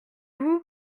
vous